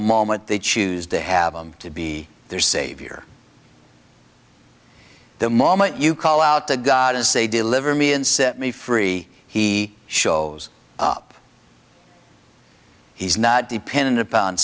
moment they choose to have him to be their savior the moment you call out to god and say deliver me and set me free he shows up he's not dependent upon